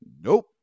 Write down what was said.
Nope